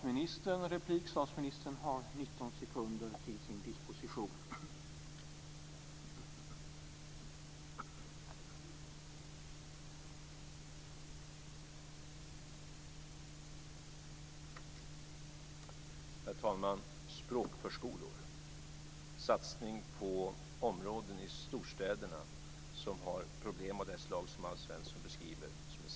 Herr talman! Vi ska ha språkförskolor och göra en satsning på områden i storstäderna som är särskilt utsatta och har problem av det slag som Alf Svensson beskriver.